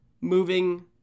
moving